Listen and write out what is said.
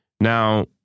Now